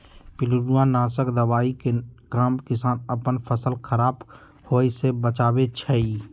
पिलुआ नाशक दवाइ के काम किसान अप्पन फसल ख़राप होय् से बचबै छइ